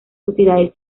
sociedades